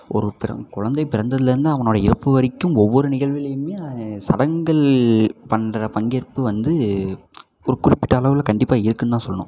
ஒரு பிற குழந்தை பிறந்ததுலேருந்து அவனோடய இறப்பு வரைக்கும் ஒவ்வொரு நிகழ்வுலையுமே சடங்குகள் பண்ணுற பங்கேற்பு வந்து ஒரு குறிப்பிட்ட அளவில் கண்டிப்பாக இருக்குதுன்னு தான் சொல்லணும்